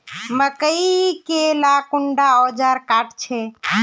मकई के ला कुंडा ओजार काट छै?